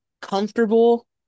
Comfortable